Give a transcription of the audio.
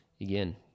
again